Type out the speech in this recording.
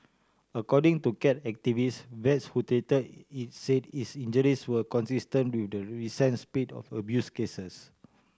according to cat activists vets who treated it said its injuries were consistent with the recent spate of of abuse cases